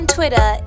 Twitter